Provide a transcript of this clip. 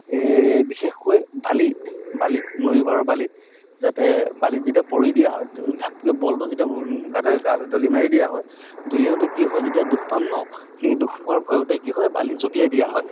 এই বিশেষকৈ বালি বালিত নৈ পাৰৰ বালিত যাতে বালিত যেতিয়া পৰি দিয়া হয় ঢাপকৈ বলটো যেতিয়া গাতে গালৈ দলি মাৰি দিয়া হয় দলিয়াওঁতে কি হয় যেতিয়া দুখ পাম ন সেই দুখ পোৱাৰ ভয়তে কি হয় বালিত জঁপিয়াই দিয়া হয়